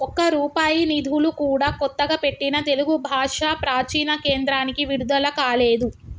ఒక్క రూపాయి నిధులు కూడా కొత్తగా పెట్టిన తెలుగు భాషా ప్రాచీన కేంద్రానికి విడుదల కాలేదు